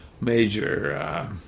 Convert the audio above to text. major